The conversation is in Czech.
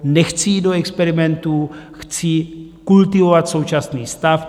Nechci jít do experimentů, chci kultivovat současný stav.